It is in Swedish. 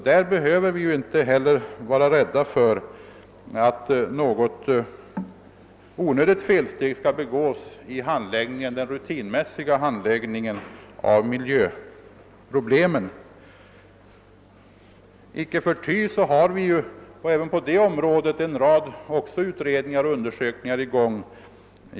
Vi behöver inte vara rädda för att något onödigt felsteg skall tas i den rutinmässiga handläggningen av miljöproblemen. Icke förty har vi även på detta område en rad utredningar och undersökningar i gång.